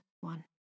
one